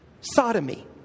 sodomy